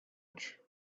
edge